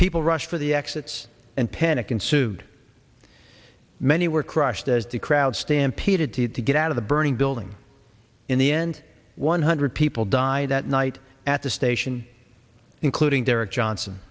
people rushed for the exits and panic ensued many were crushed as the crowd stampeded to it to get out of the burning building in the end one hundred people died that night at the station including derrick johnson